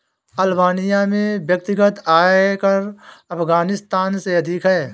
Albania में व्यक्तिगत आयकर अफ़ग़ानिस्तान से अधिक है